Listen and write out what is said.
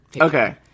Okay